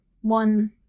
one